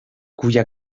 cuya